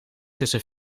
tussen